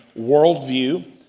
worldview